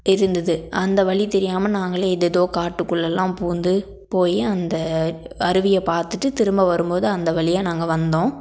இருந்தது அந்த வழி தெரியாமல் நாங்களே ஏதேதோ காட்டுக்குள்ளெலாம் பூந்து போய் அந்த அருவியை பார்த்துட்டு திரும்ப வரும்போது அந்த வழியா நாங்கள் வந்தோம்